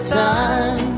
time